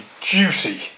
juicy